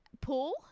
Pool